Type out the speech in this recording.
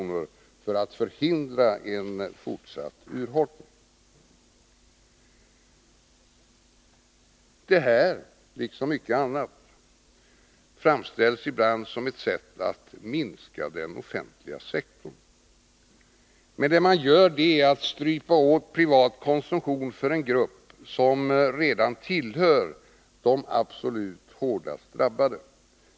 för att man skall kunna förhindra en fortsatt urholkning. Detta, liksom mycket annat, framställs ibland som ett sätt att minska den offentliga sektorn. Men det man gör är att strypa åt privat konsumtion för en grupp som redan tillhör de absolut hårdast drabbade.